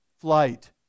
flight